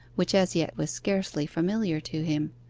which as yet was scarcely familiar to him.